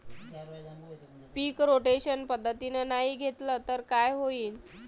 पीक rotation पद्धतीनं नाही घेतलं तर काय होईन?